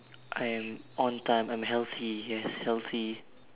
I am on time I'm healthy yes healthy